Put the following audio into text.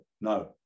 no